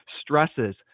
stresses